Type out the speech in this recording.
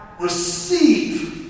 receive